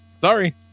Sorry